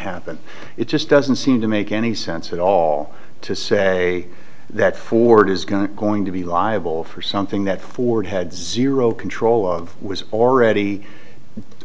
happen it just doesn't seem to make any sense at all to say that ford is going to going to be liable for something that ford had zero control was already